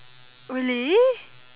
really